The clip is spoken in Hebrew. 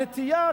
הנטייה,